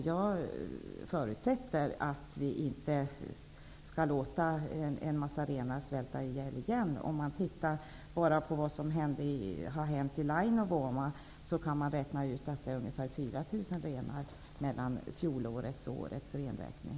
Jag förutsätter att vi inte återigen skall låta en massa renar svälta ihjäl. Om man ser till vad som har hänt enbart i Lainovuoma kan man räkna ut att det skiljer ungefär 4 000 renar mellan fjolårets och årets renräkning.